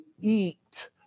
eat